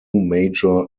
major